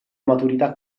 maturità